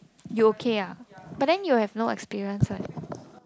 you okay ah but then you will have no experience first